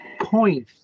point